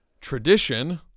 tradition